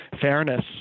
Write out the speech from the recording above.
fairness